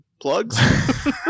plugs